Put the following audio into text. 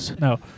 No